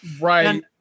Right